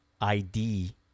ID